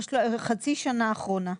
בחצי השנה האחרונה.